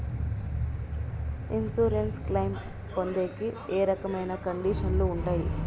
Insurance claim పొందేకి ఏ రకమైన కండిషన్లు ఉంటాయి?